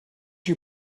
you